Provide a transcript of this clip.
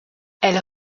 elle